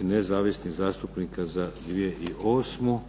i nezavisnih zastupnika za 2008.,